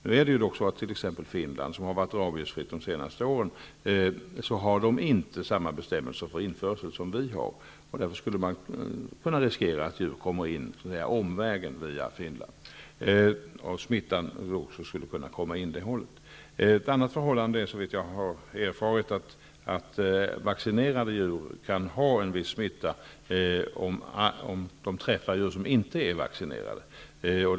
Nu är det dock så att t.ex. Finland, som har varit rabiesfritt de senaste åren, inte har samma bestämmelser för införsel som vi har. Därför skulle man kunna riskera att djur, och även smitta, kommer in omvägen via Finland. Ett annat förhållande är enligt vad jag har erfarit att vaccinerade djur kan ha en viss smitta om de träffar djur som inte är vaccinerade.